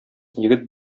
егет